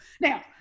Now